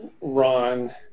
Ron